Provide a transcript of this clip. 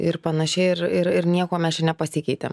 ir panašiai ir ir ir niekuo mes čia nepasikeitėm